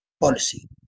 policy